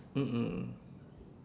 mm mm